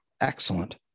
excellent